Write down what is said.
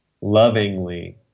lovingly